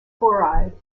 chloride